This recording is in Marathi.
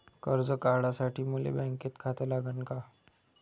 कर्ज काढासाठी मले बँकेत खातं लागन का?